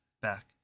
back